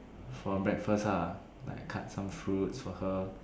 for breakfast lah like I cut some fruits for her